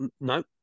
No